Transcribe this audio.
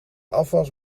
afwas